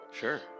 sure